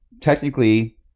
technically